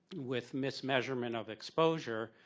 with mismeasurement of exposure,